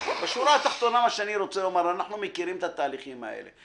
בשורה התחתונה מה שאני רוצה לומר הוא: אנחנו מכירים את התהליכים האלה.